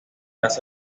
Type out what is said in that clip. las